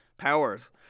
Powers